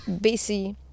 busy